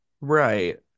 Right